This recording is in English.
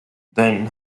then